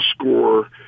score